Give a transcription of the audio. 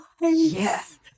Yes